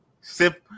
Sip